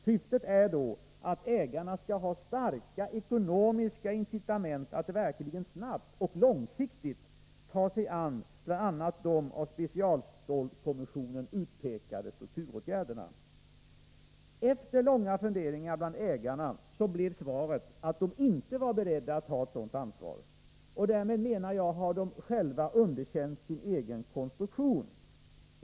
Syftet är att ägarna skall ha starka ekonomiska incitament att verkligen snabbt och långsiktigt vidta bl.a. de av specialstålskommissionen utpekade strukturåtgärderna. Efter långa funderingar bland ägarna blev svaret att de inte var beredda att ta ett sådant ansvar. Därmed, menar jag, har de själva underkänt sin egen konstruktion.